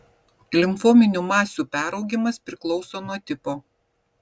limfominių masių peraugimas priklauso nuo tipo